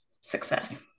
success